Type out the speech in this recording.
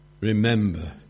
remember